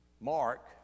Mark